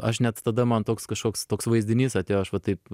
aš net tada man toks kažkoks toks vaizdinys atėjo aš va taip